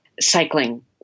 cycling